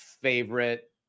favorite